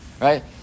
right